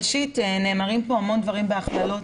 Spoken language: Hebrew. ראשית, נאמרים פה המון דברים בהכללות.